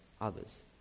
others